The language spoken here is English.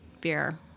beer